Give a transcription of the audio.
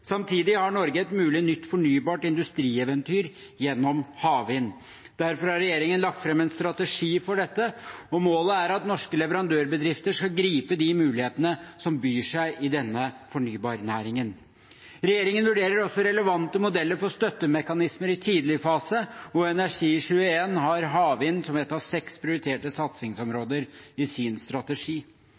Samtidig har Norge et mulig nytt fornybart industrieventyr gjennom havvind. Derfor har regjeringen lagt fram en strategi for dette, og målet er at norske leverandørbedrifter skal gripe de mulighetene som byr seg i denne fornybarnæringen. Regjeringen vurderer også relevante modeller for støttemekanismer i tidligfase, og Energi21 har havvind som ett av seks prioriterte satsingsområder i sin strategi.